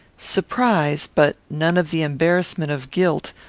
surprise, but none of the embarrassment of guilt,